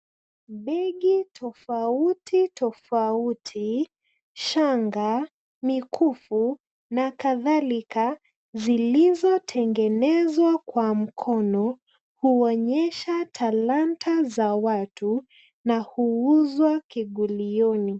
Begi tofauti tofauti, shanga, mikufu na kadhalika zilizotengenezwa kwa mkono huonyesha talanta za watu na huuzwa kigulioni.